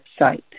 website